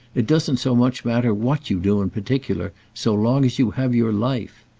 it doesn't so much matter what you do in particular so long as you have your life.